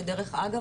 שדרך אגב,